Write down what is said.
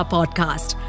Podcast